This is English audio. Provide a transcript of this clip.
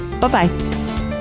Bye-bye